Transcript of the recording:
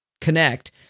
Connect